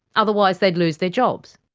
otherwise they'd lose their jobs.